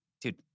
dude